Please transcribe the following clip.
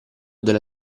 della